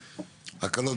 העסק.